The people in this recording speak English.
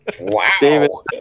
Wow